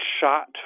shot